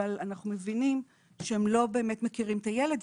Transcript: אבל אנחנו מבינים שהם לא באמת מכירים את הילד,